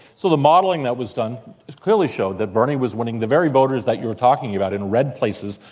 so, the modeling that was done clearly showed that bernie was winning the very voters that you were talking about in red places.